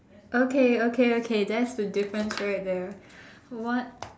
okay okay okay that's the difference right there one